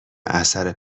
اثر